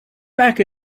back